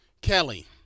Kelly